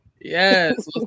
yes